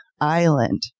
Island